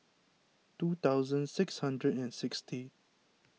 two thousand six hundred and sixty